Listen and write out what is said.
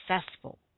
successful